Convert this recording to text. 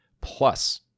plus